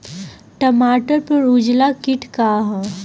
टमाटर पर उजला किट का है?